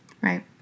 Right